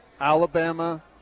Alabama